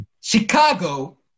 Chicago